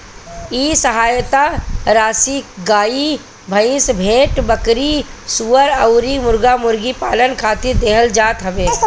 इ सहायता राशी गाई, भईस, भेड़, बकरी, सूअर अउरी मुर्गा मुर्गी पालन खातिर देहल जात हवे